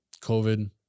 COVID